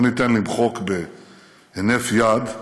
לא ניתן למחוק בהינף יד,